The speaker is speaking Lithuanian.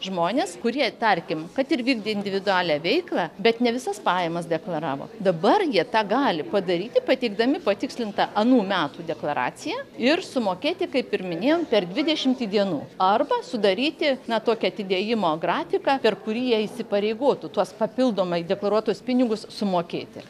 žmonės kurie tarkim kad ir vykdė individualią veiklą bet ne visas pajamas deklaravo dabar jie tą gali padaryti pateikdami patikslintą anų metų deklaraciją ir sumokėti kaip ir minėjom per dvidešimtį dienų arba sudaryti na tokį atidėjimo grafiką per kurį jie įsipareigotų tuos papildomai deklaruotus pinigus sumokėti